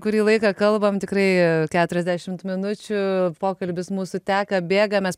kurį laiką kalbam tikrai keturiasdešimt minučių pokalbis mūsų teka bėga mes